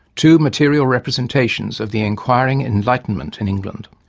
two material representations of the inquiring enlightenment in england.